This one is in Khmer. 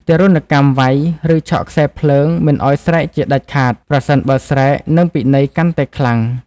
ទារុណកម្មវៃ ឬឆក់ខ្សែរភ្លើងមិនឱ្យស្រែកជាដាច់ខាត ប្រសិនបើស្រែកនិងពិន័យកាន់តែខ្លាំង។